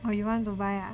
!wah! you want to buy ah